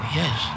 yes